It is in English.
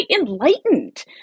enlightened